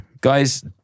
Guys